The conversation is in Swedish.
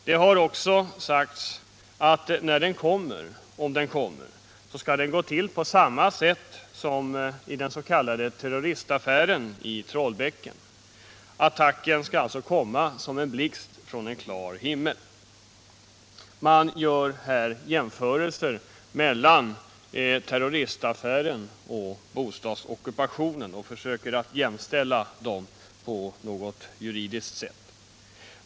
Det har också sagts att när den kommer —-om den kommer — skall den gå till på samma sätt som i den s.k. terroristaffären i Trollbäcken. Attacken skall alltså komma som en blixt från en klar himmel. Men gör här jämförelser mellan terroristaffären och bostadsockupationen och försöker jämställa dem på något juridiskt sätt.